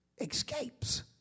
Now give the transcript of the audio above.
escapes